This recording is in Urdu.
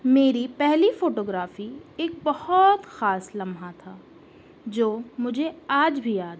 میری پہلی فوٹوگرافی ایک بہت خاص لمحہ تھا جو مجھے آج بھی یاد